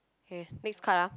okay next card ah